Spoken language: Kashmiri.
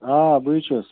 آ بٕے چھُس